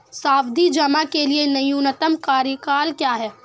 सावधि जमा के लिए न्यूनतम कार्यकाल क्या है?